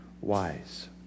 wise